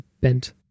bent